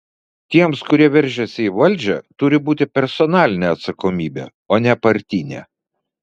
tiems kurie veržiasi į valdžią turi būti personalinė atsakomybė o ne partinė